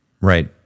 Right